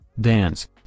dance